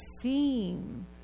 seem